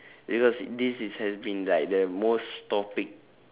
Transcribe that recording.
because this is has been like the most topic